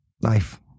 life